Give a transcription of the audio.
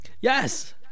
Yes